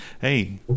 hey